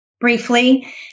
briefly